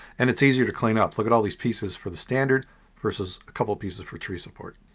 and it's easier to clean up. look at all these pieces for the standard versus a couple pieces for tree support.